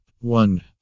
one